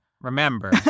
remember